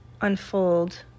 unfold